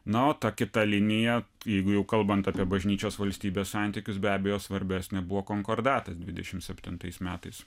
na o ta kita linija jeigu jau kalbant apie bažnyčios valstybės santykius be abejo svarbesnė buvo konkordatas dvidešimt septintais metais